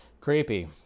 Creepy